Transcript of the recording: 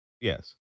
Yes